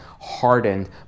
hardened